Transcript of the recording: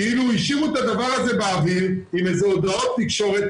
כאילו השאירו את הדבר הזה באוויר עם איזה הודעות תקשורת,